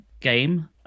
game